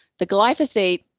the glyphosate,